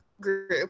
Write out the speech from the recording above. group